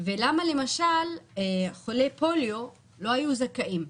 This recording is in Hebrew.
ולמה למשל חולי פוליו לא היו זכאים.